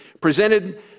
presented